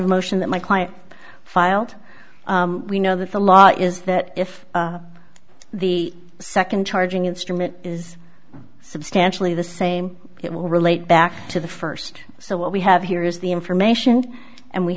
motion that my client filed we know that the law is that if the second charging instrument is substantially the same it will relate back to the first so what we have here is the information and we